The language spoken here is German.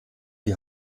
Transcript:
die